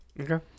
okay